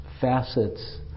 facets